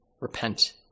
Repent